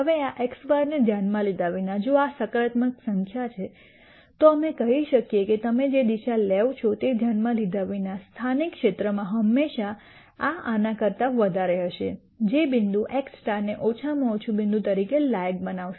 હવે આ x̅ ને ધ્યાનમાં લીધા વિના જો આ સકારાત્મક સંખ્યા છે તો અમે કહી શકીએ કે તમે જે દિશા લેવ છો તે ધ્યાનમાં લીધા વિના સ્થાનિક ક્ષેત્રમાં હંમેશા આ એના કરતા વધારે હશે જે આ બિંદુ x સ્ટાર ને ઓછામાં ઓછું બિંદુ તરીકે લાયક બનાવશે